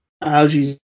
algae